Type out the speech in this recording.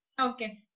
Okay